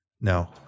No